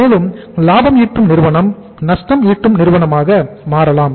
மேலும் லாபம் ஈட்டும் நிறுவனம் நஷ்டம் ஈட்டும் நிறுவனமாக மாறலாம்